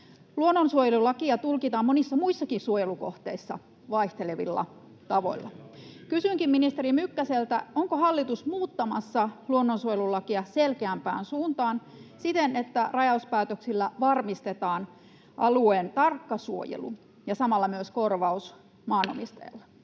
Luonnonsuojelulakia tulkitaan monissa muissakin suojelukohteissa vaihtelevilla tavoilla. Kysynkin ministeri Mykkäseltä: onko hallitus muuttamassa luonnonsuojelulakia selkeämpään suuntaan siten, että rajauspäätöksillä varmistetaan alueen tarkka suojelu ja samalla myös korvaus [Puhemies